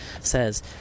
says